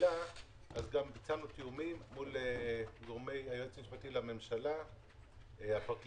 יעילה ביצענו תיאומים מול גורמי היועץ המשפטי לממשלה והפרקליטות.